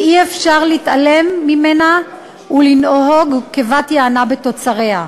ואי-אפשר להתעלם ממנה ולנהוג כבת-יענה בתוצריה.